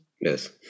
Yes